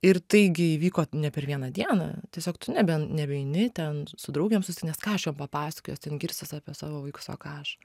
ir tai gi įvyko ne per vieną dieną tiesiog tu nebe nebeeini ten su draugėm susitikt nes ką aš jom papasakosiu jos ten girsis apie savo vaikus o ką aš